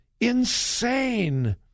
insane